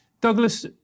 Douglas